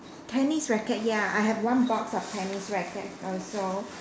tennis racket ya I have one box of tennis racket also